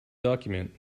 document